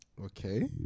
Okay